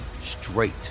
straight